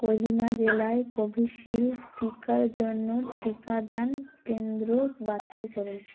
কোহিমা জেলায় কোভিশিল্ড টিকার জন্য টিকাদান কেন্দ্র বাছাই করুন